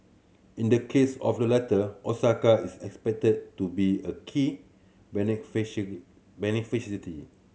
in the case of the latter Osaka is expected to be a key